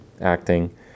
acting